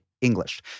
English